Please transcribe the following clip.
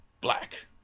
black